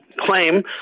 claim